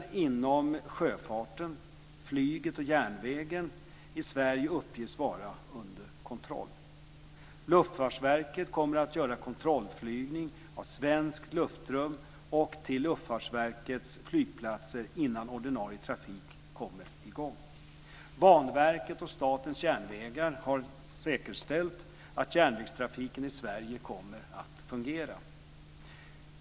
Sverige uppges vara under kontroll. Luftfartsverket kommer att göra kontrollflygning av svenskt luftrum och till Luftfartsverkets flygplatser innan ordinarie trafik kommer i gång. Banverket och Statens järnvägar har säkerställt att järnvägstrafiken kommer att fungera.